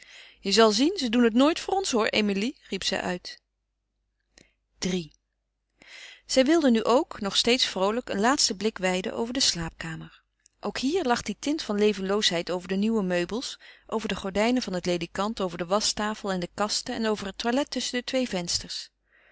je zal zien ze doen het nooit voor ons hoor emilie riep zij uit iii zij wilde nu ook nog steeds vroolijk een laatsten blik weiden over de slaapkamer ook hier lag die tint van levenloosheid over de nieuwe meubels over de gordijnen van het ledekant over de waschtafel en de kasten en over het toilet tusschen de twee vensters